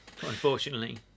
Unfortunately